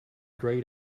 grayed